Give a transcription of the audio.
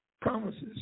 promises